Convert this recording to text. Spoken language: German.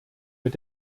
mit